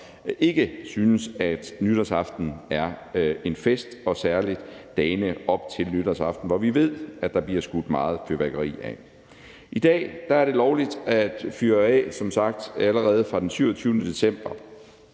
ikke synes, at nytårsaften er en fest, og særlig også dagene op til nytårsaften, hvor vi ved, at der bliver skudt meget fyrværkeri af. I dag er det som sagt lovligt at fyre af allerede fra den 27. december.